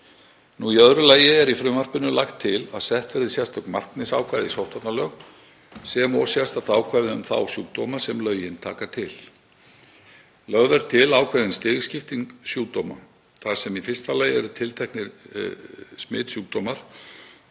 Í öðru lagi er í frumvarpinu lagt til að sett verði sérstök markmiðsákvæði í sóttvarnalög sem og sérstakt ákvæði um þá sjúkdóma sem lögin taka til. Lögð er til ákveðin stigskipting sjúkdóma þar sem í fyrsta lagi eru tilteknir smitsjúkdómar,